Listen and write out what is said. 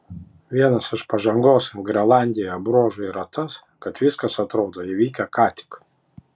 vienas iš pažangos grenlandijoje bruožų yra tas kad viskas atrodo įvykę ką tik